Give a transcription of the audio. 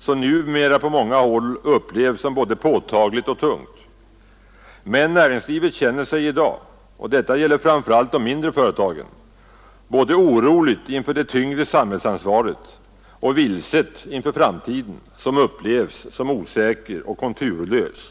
som numera på många håll upplevs som både påtagligt och tungt, men inom näringslivet känner man sig i dag — och detta gäller framför allt de mindre företagen — både orolig inför det tyngre samhällsansvaret och vilsen inför framtiden, som upplevs såsom osäker och konturlös.